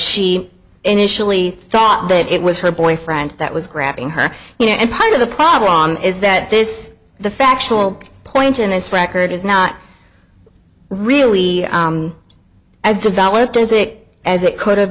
she initially thought that it was her boyfriend that was grabbing her and part of the problem is that this the factual point in this record is not really as developed as it as it could have